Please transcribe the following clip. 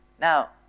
Now